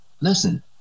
Listen